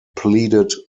pleaded